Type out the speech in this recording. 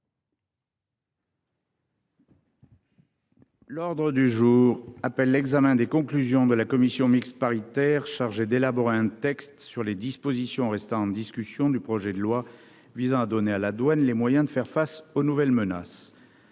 L’ordre du jour appelle l’examen des conclusions de la commission mixte paritaire chargée d’élaborer un texte sur les dispositions restant en discussion du projet de loi visant à donner à la douane les moyens de faire face aux nouvelles menaces